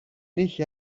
είχε